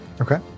okay